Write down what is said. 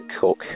Cook